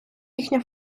їхнє